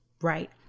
right